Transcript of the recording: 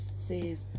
says